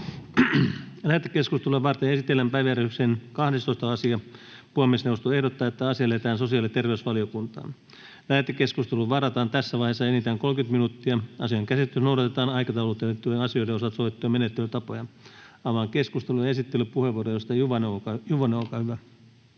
Lähetekeskustelua varten esitellään päiväjärjestyksen 12. asia. Puhemiesneuvosto ehdottaa, että asia lähetetään sosiaali- ja terveysvaliokuntaan. Lähetekeskusteluun varataan tässä vaiheessa enintään 30 minuuttia. Asian käsittelyssä noudatetaan aikataulutettujen asioiden osalta sovittuja menettelytapoja. — Avaan keskustelun. Esittelypuheenvuoro, edustaja Juvonen, olkaa hyvä.